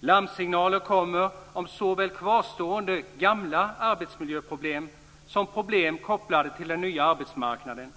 Larmsignaler kommer om såväl kvarstående gamla arbetsmiljöproblem som problem kopplade till den nya arbetsmarknaden.